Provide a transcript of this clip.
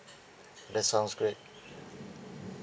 that sounds great